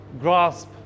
grasp